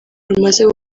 rumaze